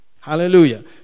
Hallelujah